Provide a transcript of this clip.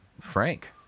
Frank